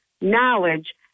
knowledge